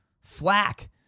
Flak